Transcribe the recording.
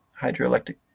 hydroelectric